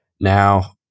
Now